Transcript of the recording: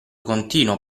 continuo